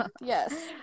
yes